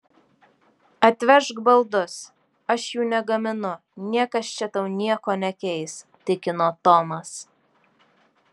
atvežk baldus aš jų negaminu niekas čia tau nieko nekeis tikino tomas